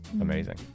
amazing